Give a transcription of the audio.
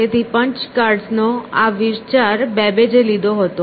તેથી પંચ્ડ કાર્ડ્સનો આ વિચાર બેબેજે લીધો હતો